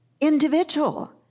individual